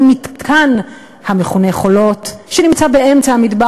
מתקן המכונה "חולות" שנמצא באמצע המדבר,